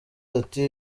ati